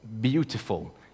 beautiful